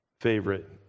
favorite